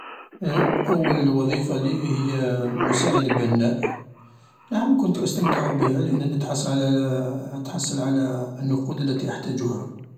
أول وظيفة لي هي مساعد بناء نعم كنت أستمتع بها لأنني أتحصل على النقود التي أحتاجها.